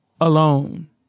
alone